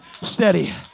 steady